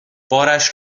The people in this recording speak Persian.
بارش